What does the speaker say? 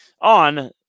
on